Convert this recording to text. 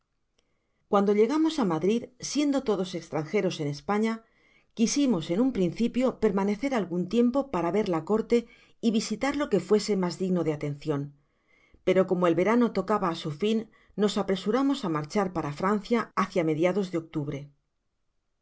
guando llegamos á madrid siendo todos estrangeros en españa quisimos en un principio permanecer algun tiempo para verla corte y visitar lo que fuese mas digno de atencion pero como el verano tocaba á su fin nos apresuramos á marchar para francia hacia mediados de octubre